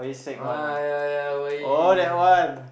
ah ya ya why